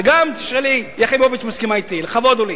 וגם שלי יחימוביץ מסכימה אתי, לכבוד הוא לי.